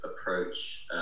approach